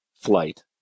flight